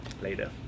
Later